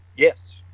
Yes